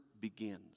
begins